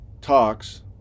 talks